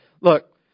look